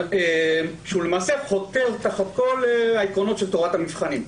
כי הוא למעשה חותר תחת כל העקרונות של תורת המבחנים.